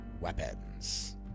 weapons